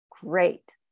great